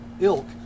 ilk